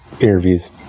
interviews